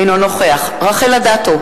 אינו נוכח רחל אדטו,